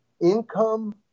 income